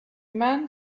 man